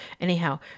Anyhow